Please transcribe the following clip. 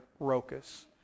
Rokas